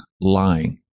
Lying